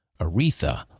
Aretha